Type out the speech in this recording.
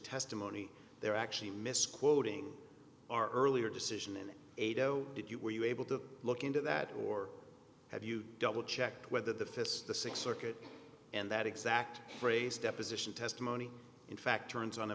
testimony they're actually misquoting our earlier decision and eight oh did you were you able to look into that or have you double checked whether the festa six circuit and that exact phrase deposition testimony in fact turns on a